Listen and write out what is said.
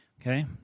Okay